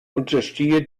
unterstehe